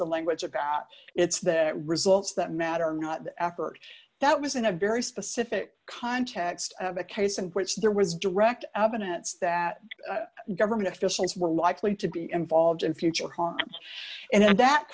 the language about it's the results that matter not the effort that was in a very specific context of a case in which there was direct evidence that government officials were likely to be involved in future home and that